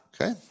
okay